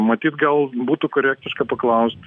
matyt gal būtų korektiška paklaust